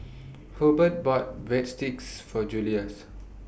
Hobert bought Breadsticks For Julius